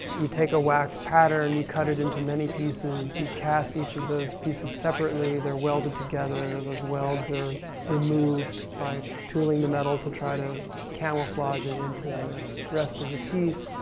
you take a wax pattern, you cut it into many pieces, you cast each of those pieces separately. they're welded together. those welds are removed by tooling the metal to try to camouflage it into the rest of the piece.